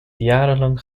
jarenlang